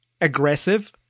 aggressive